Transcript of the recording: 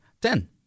Ten